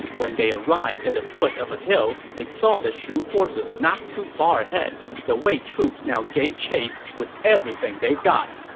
when they arrived at the foot of a hill, they saw the shu forces not too far ahead. the wei troops now gave chase with everything they've got.